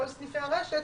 בכל סניפי הרשת,